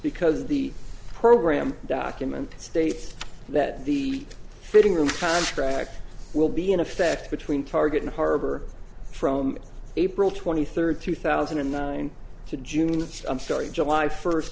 because the program documents states that the fitting room contract will be in effect between target and harbor from april twenty third two thousand and nine to june i'm sorry july first